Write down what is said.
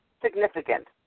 significant